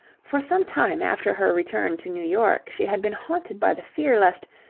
for some time after her return to new york, she had been haunted by the fear lest,